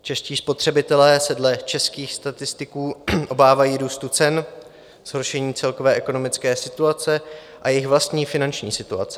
Čeští spotřebitelé se dle českých statistiků obávají růstu cen, zhoršení celkové ekonomické situace a jejich vlastní finanční situace.